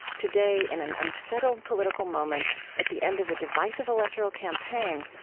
today, in an unsettled political moment, at the end of a divisive electoral campaign,